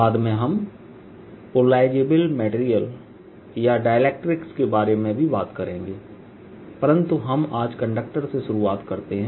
बाद में हम पोलराइजेबल मेटेरियल या डाइलेक्ट्रिक्स के बारे में भी बात करेंगे परंतु हम आज कंडक्टर से शुरुआत करते हैं